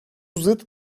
zıt